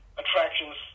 attractions